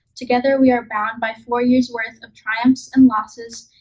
together we are bound by four years worth of triumphs and losses,